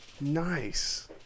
Nice